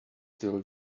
till